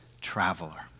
traveler